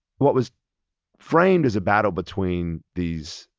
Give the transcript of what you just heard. what was framed as a battle between these,